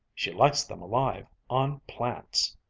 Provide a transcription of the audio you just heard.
she likes them alive, on plants.